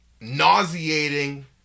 nauseating